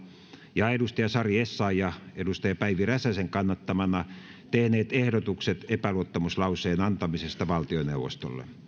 ja sari essayah päivi räsäsen kannattamana tehneet ehdotukset epäluottamuslauseen antamisesta valtioneuvostolle